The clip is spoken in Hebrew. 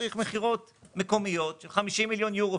צריך מכירות מקומיות של 50 מיליון יורו.